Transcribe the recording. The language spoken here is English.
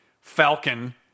Falcon